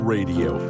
Radio